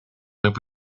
would